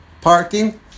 parking